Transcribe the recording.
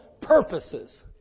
purposes